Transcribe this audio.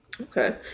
okay